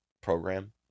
program